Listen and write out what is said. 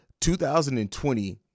2020